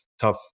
tough